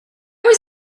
was